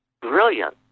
brilliant